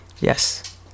yes